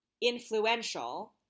influential